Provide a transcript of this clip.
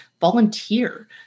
volunteer